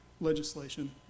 legislation